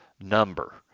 number